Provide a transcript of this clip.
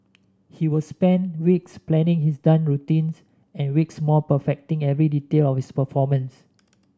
he would spend weeks planning his dance routines and weeks more perfecting every detail of his performances